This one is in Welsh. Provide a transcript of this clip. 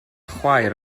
chwaer